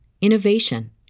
innovation